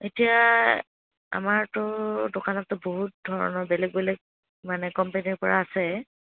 এতিয়া আমাৰতো দোকানতটো বহুত ধৰণৰ বেলেগ বেলেগ মানে কোম্পেনীৰ পৰা আছে